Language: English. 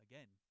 Again